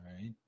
right